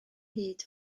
hyd